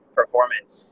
performance